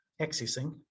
accessing